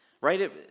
right